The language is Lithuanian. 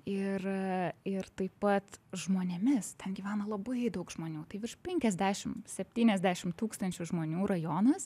ir ir taip pat žmonėmis ten gyvena labai daug žmonių tai virš penkiasdešim septyniasdešim tūkstančių žmonių rajonas